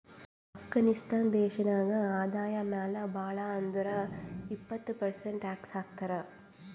ಅಫ್ಘಾನಿಸ್ತಾನ್ ದೇಶ ನಾಗ್ ಆದಾಯ ಮ್ಯಾಲ ಭಾಳ್ ಅಂದುರ್ ಇಪ್ಪತ್ ಪರ್ಸೆಂಟ್ ಟ್ಯಾಕ್ಸ್ ಹಾಕ್ತರ್